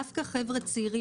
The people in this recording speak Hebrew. דווקא חברה צעירים,